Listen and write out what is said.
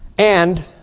and